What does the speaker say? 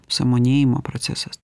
sąmonėjimo procesas